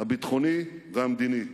הביטחוני והמדיני.